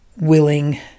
willing